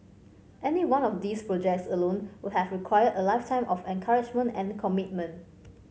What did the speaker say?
any one of these projects alone would have required a lifetime of couragement and commitment